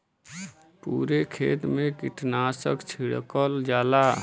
पुरे खेत मे कीटनाशक छिड़कल जाला